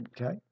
Okay